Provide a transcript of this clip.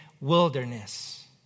wilderness